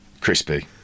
Crispy